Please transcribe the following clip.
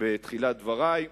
בתחילת דברי.